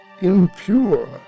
impure